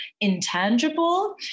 intangible